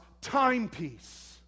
timepiece